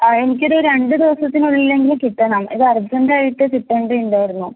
ആ എനിക്കിത് രണ്ട് ദിവസത്തിനുള്ളിലെങ്കിലും കിട്ടണം ഇത് അർജൻറ്റായിട്ട് കിട്ടണ്ടെയുണ്ടായിരുന്നു